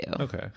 Okay